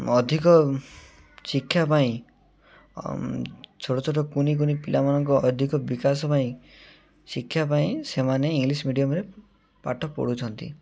ଅଧିକ ଶିକ୍ଷା ପାଇଁ ଛୋଟ ଛୋଟ କୁନି କୁନି ପିଲାମାନଙ୍କ ଅଧିକ ବିକାଶ ପାଇଁ ଶିକ୍ଷା ପାଇଁ ସେମାନେ ଇଂଲିଶ୍ ମିଡ଼ିୟମ୍ରେ ପାଠ ପଢ଼ୁଛନ୍ତି